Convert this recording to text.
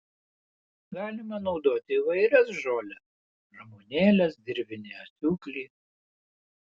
galima naudoti įvairias žoles ramunėles dirvinį asiūklį